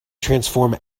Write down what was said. transform